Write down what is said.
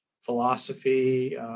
philosophy